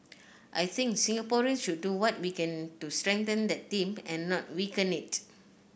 I think Singaporeans should do what we can to strengthen that team and not weaken it